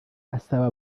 asaba